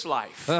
life